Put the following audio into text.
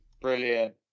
brilliant